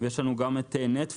ויש לנו גם את נטפליקס,